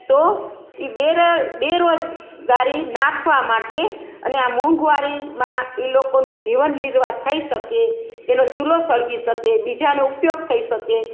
તો એ બેરોજ બેરોજગારી નાથવા માટે અને આ મોંઘવારીમાં એ લોકોનું જીવનનિર્વાહ થઈ શકે એનો ચૂલો સળગી શકે બીજાને ઉપયોગ થઈ શકે